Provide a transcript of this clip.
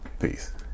peace